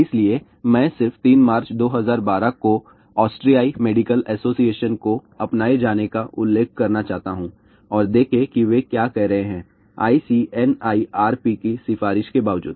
इसलिए मैं सिर्फ ३ मार्च २०१२ को ऑस्ट्रियाई मेडिकल एसोसिएशन को अपनाए जाने का उल्लेख करना चाहता हूं और देखें कि वे क्या कह रहे हैं ICNIRP की सिफारिश के बावजूद